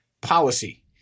policy